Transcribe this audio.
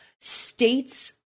states